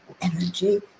energy